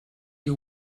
you